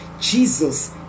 Jesus